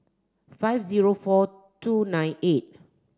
five zero four two nine eight